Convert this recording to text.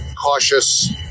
cautious